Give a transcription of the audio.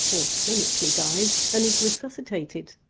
or clinically dies, and is resuscitated.